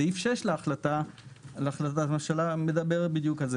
סעיף 6 להחלטת הממשלה מדבר בדיוק על זה,